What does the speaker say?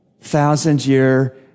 thousand-year